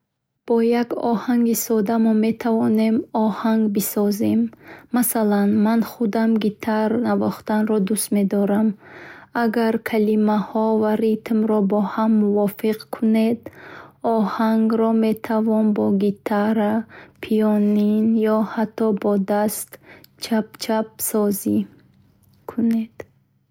Бо як оҳанги сода мо метавонем оханг бисозем. Метавонӣ аз ягон асбоби мусиқӣ ё барнома истифода барӣ. Масалан ман худам гитаро навохтанро дуст медорам. Агар калимаҳо ва ритмро бо ҳам мувофиқ кунед, Оҳангро метавон бо гитара, пианино ё ҳатто бо даст тап тап созӣ.